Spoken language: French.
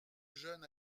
jeune